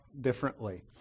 differently